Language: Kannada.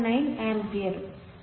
9 A